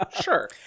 Sure